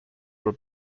were